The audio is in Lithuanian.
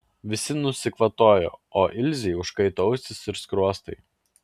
visi nusikvatojo o ilzei užkaito ausys ir skruostai